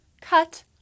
cut